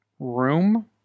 room